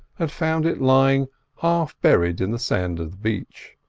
had found it lying half buried in the sand of the beach.